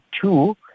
two